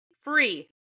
free